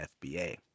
FBA